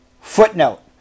Footnote